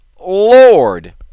Lord